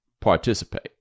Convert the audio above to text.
participate